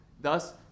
Thus